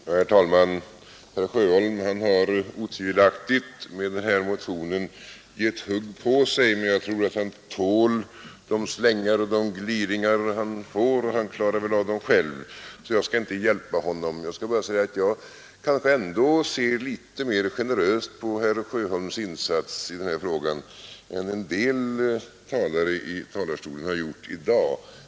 Herr talman! Herr Sjöholm har otvivelaktigt med den här motionen gett hugg på sig, men jag tror att han själv tål och klarar av de slängar och de gliringar han får, så jag skall inte hjälpa honom. Jag kanske ändå ser litet mer generöst på herr Sjöholms insats i den här frågan än en del talare har gjort i dag.